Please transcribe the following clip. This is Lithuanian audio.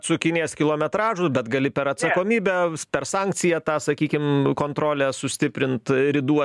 sukinės kilometražus bet gali per atsakomybę per sankciją tą sakykim kontrolę sustiprint ridų